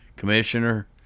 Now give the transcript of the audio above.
Commissioner